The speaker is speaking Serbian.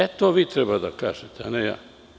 E, to vi treba da kažete, a ne ja.